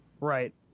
right